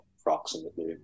approximately